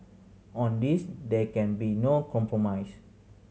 on this there can be no compromise